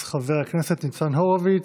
אז חבר הכנסת ניצן הורוביץ,